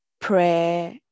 prayer